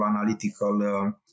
analytical